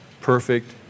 Perfect